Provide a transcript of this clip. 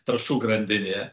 trąšų grandinėje